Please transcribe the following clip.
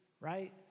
right